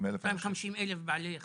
250,000 חייבים כאלה.